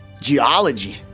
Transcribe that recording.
geology